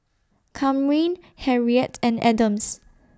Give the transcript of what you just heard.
Kamryn Harriett and Adams